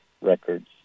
records